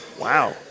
Wow